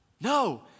No